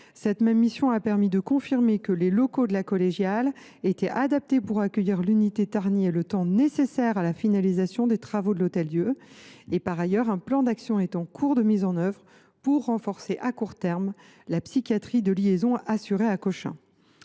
patients. Elle a également confirmé que les locaux de la Collégiale étaient adaptés pour accueillir l’unité de Tarnier pendant la durée nécessaire à la finalisation des travaux de l’Hôtel Dieu. Par ailleurs, un plan d’action est en cours de mise en œuvre pour renforcer à court terme la psychiatrie de liaison assurée à Cochin.